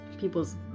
people's